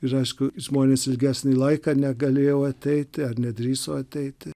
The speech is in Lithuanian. ir aišku žmonės ilgesnį laiką negalėjo ateiti ar nedrįso ateiti